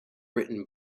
written